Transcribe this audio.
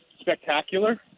spectacular